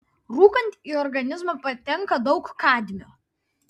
rūkant į organizmą patenka daug kadmio